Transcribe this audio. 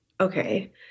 Okay